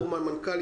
בני,